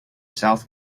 south